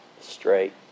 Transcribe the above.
straight